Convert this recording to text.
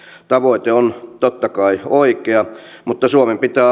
tavoite on totta kai oikea mutta suomen pitää